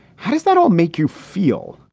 how does that all make you feel?